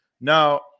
Now